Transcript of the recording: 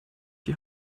die